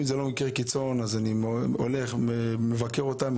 אם זה לא מקרה קיצון אז אני הולך לבקר אותם,